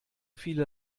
viele